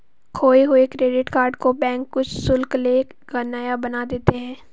खोये हुए credit card को बैंक कुछ शुल्क ले कर नया बना देता है